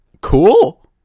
Cool